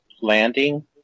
landing